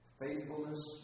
faithfulness